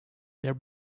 their